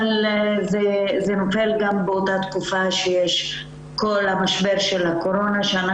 אבל זה נופל גם באותה תקופה שיש את כל המשבר של הקורונה שאני